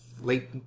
late